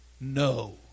No